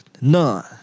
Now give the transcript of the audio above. none